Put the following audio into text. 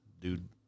Dude